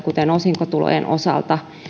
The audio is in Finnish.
kuten osinkotulojen osalta